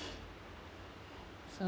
so